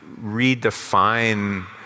redefine